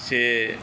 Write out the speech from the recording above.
से